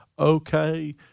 Okay